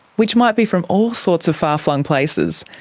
which might be from all sorts of far-flung places,